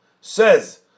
says